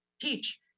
teach